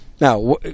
Now